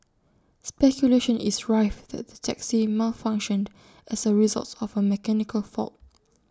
speculation is rife that the taxi malfunctioned as A results of A mechanical fault